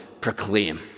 proclaim